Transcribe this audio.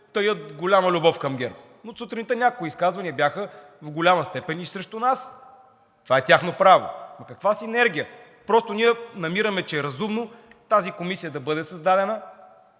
таят голяма любов към ГЕРБ. От сутринта няколко изказвания бяха в голяма степен и срещу нас. Това е тяхно право. Ама каква синергия? Просто ние намираме, че е разумно тази комисия да бъде създадена,